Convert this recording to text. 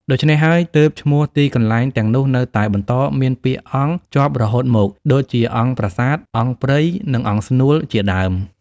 ដូច្នេះហើយ ទើបឈ្មោះទីកន្លែងទាំងនោះនៅតែបន្តមានពាក្យ "អង្គ" ជាប់រហូតមក ដូចជា អង្គប្រាសាទ អង្គប្រិយ និងអង្គស្នួល ជាដើម។